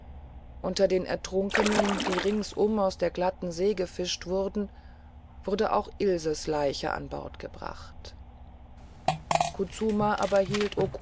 unter den ertrunkenen die ringsum aus der glatten see gefischt wurden wurde auch ilses leiche an bord gebracht kutsuma aber hielt